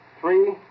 Three